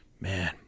Man